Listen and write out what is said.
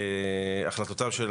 החלטותיו של